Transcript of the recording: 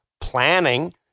planning